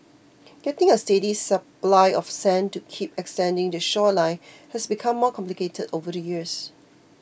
getting a steady supply of sand to keep extending the shoreline has become more complicated over the years